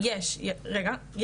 יש, רגע.